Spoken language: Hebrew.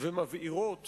ומבעירות